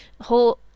whole